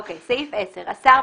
"אימות וזיהוי 10. השר,